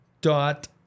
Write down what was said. dot